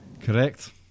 Correct